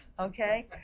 Okay